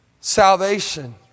Salvation